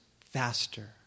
faster